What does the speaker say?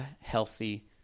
healthy